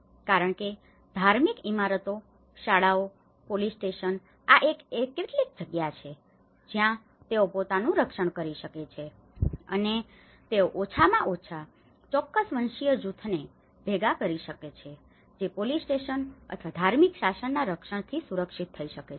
કારણ કે ધાર્મિક ઇમારતો શાળાઓ પોલીસ સ્ટેશન આ એવી કેટલીક જગ્યા છે જ્યાં તેઓ પોતાનું રક્ષણ કરી શકે છે અને તેઓ ઓછામાં ઓછા ચોક્કસ વંશીય જૂથને ભેગા કરી શકે છે જે પોલીસ સ્ટેશન અથવા ધાર્મિક શાસનના રક્ષણથી સુરક્ષિત થઈ શકે છે